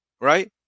Right